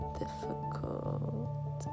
difficult